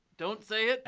don't say it.